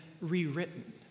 rewritten